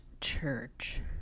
church